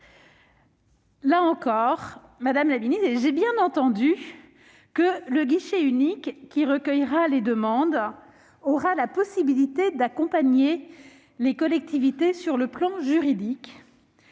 Mais vous m'avez rassurée : j'ai bien entendu que le guichet unique qui recueillera les demandes aura la possibilité d'accompagner les collectivités sur le plan juridique